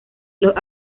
los